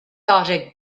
gotta